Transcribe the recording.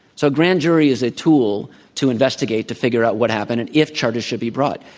so grand jury is a tool to investigate to figure out what happened and if charges should be brought.